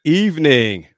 evening